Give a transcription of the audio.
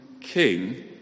king